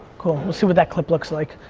cool, we'll see what that clip looks like.